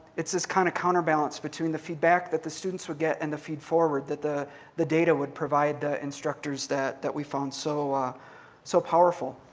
it's this kind of counterbalance between the feedback that the students would get and the feed-forward that the the data would provide the instructors that that we found so ah so powerful.